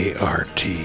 ART